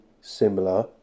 similar